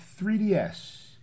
3DS